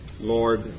Lord